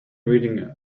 reading